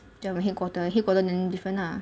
tell the headquarter headquarter then different lah